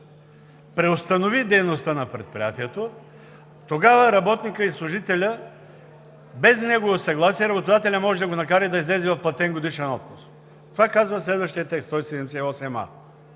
преустанови дейността на предприятието, тогава работникът и служителят, без негово съгласие работодателят може да го накара да излезе в платен годишен отпуск. Това казва следващият текст,